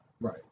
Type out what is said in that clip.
Right